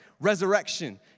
resurrection